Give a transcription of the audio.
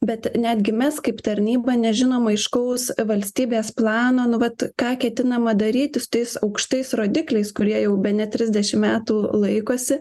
bet netgi mes kaip tarnyba nežinom aiškaus valstybės plano nu vat ką ketinama daryti su tais aukštais rodikliais kurie jau bene trisdešim metų laikosi